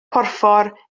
porffor